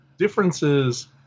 differences